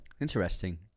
Interesting